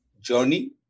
journey